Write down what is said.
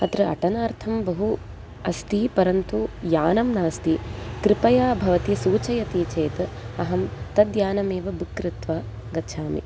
अत्र अटनार्थं बहु अस्ति परन्तु यानं नास्ति कृपया भवती सूचयति चेत् अहं तद् यानमेव बुक् कृत्वा गच्छामि